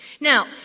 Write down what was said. Now